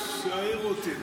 לא העירו אותי.